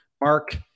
Mark